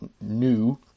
new